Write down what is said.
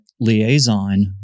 liaison